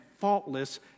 faultless